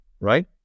right